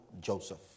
Joseph